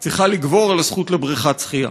צריכות לגבור על הזכות לבריכת שחייה.